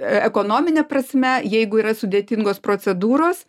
a ekonomine prasme jeigu yra sudėtingos procedūros